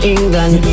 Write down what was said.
England